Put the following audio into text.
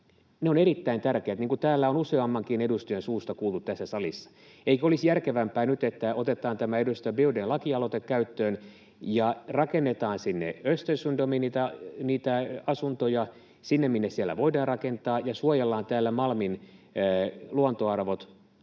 ovat erittäin tärkeät, niin kuin on useammankin edustajan suusta kuultu tässä salissa. Eikö olisi järkevämpää nyt, että otetaan tämä edustaja Biaudet’n lakialoite käyttöön ja rakennetaan sinne Östersundomiin niitä asuntoja, sinne, minne siellä voidaan rakentaa, ja suojellaan täällä Malmin luontoarvot,